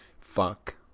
fuck